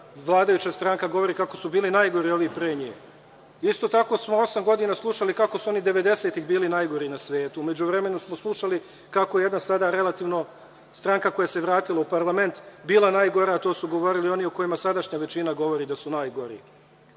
vladajuća stranka govori kako su bili najgori ovi pre nje. Isto tako smo osam godina slušali kako su oni devedesetih bili najgori na svetu. U međuvremenu smo slušali kako je jedna sada stranka koja se vratila u parlament bila najgora. To su govorili oni o kojima sadašnja većina govori da su najgori. Iz